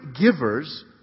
givers